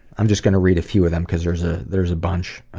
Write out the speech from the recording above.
i'm just going to read a few of them because there's ah there's a bunch.